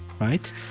right